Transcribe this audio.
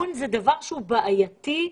לא להזיז את המעטפת.